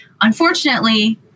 Unfortunately